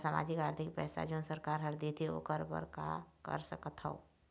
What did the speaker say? मोला सामाजिक आरथिक पैसा जोन सरकार हर देथे ओकर बर का कर सकत हो?